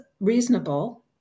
reasonable